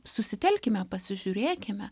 susitelkime pasižiūrėkime